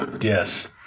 Yes